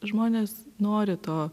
žmonės nori to